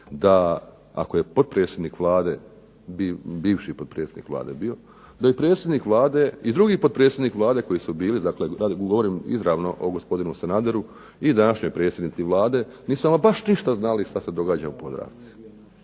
da je potpredsjednik Vlade bivši potpredsjednik Vlade, da je predsjednik Vlade, i drugi potpredsjednik Vlade koji su bili, dakle govorim izravno o gospodinu Sanaderu, i današnjoj predsjednici Vlade nisu ama baš ništa znali što se događa u Podravci,